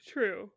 True